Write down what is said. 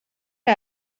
que